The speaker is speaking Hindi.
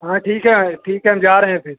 हाँ ठीक है ठीक है हम जा रहें फिर